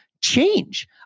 change